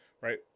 right